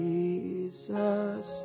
Jesus